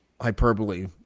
hyperbole